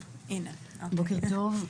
בוקר טוב.